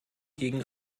gegen